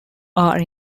are